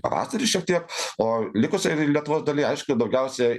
pavasarį šiek tiek o likusioj lietuvos dalyje aišku daugiausiai